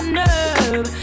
nerve